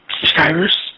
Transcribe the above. subscribers